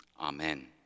Amen